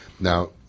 Now